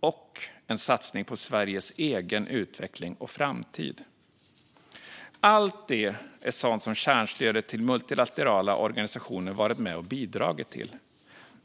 och en satsning på Sveriges egen utveckling och framtid. Allt detta är sådant som kärnstödet till multilaterala organisationer har varit med och bidragit till.